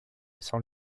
sans